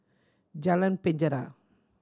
Jalan Penjara